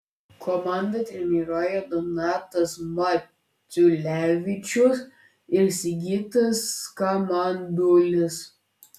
komandą treniruoja donatas maciulevičius ir sigitas kamandulis